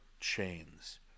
chains